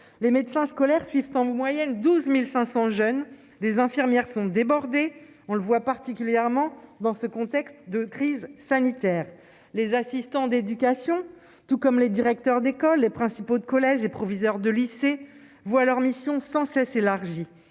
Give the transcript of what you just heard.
les médecins scolaires suivent en moyenne 12500 jeunes des infirmières sont débordées, on le voit, particulièrement dans ce contexte de crise sanitaire, les assistants d'éducation, tout comme les directeurs d'école, les principaux de collèges et proviseurs de lycées, voient leur mission sans cesse élargi